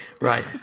Right